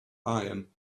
iron